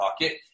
pocket